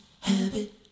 habit